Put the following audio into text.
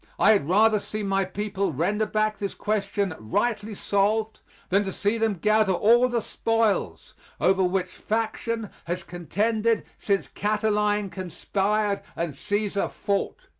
i had rather see my people render back this question rightly solved than to see them gather all the spoils over which faction has contended since cataline conspired and caesar fought.